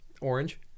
Orange